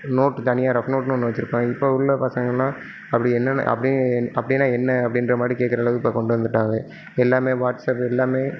note தனியாக rough நோட்டுன்னு ஒன்று வச்சிருப்பாங்க இப்போ உள்ள பசங்கள்லாம் அப்படி என்னென்ன அப்படி அப்படின்னா என்ன அப்படின்றமாரி கேட்குற அளவுக்கு இப்போ கொண்டு வந்துவிட்டாங்க எல்லாமே வாட்ஸப் எல்லாமே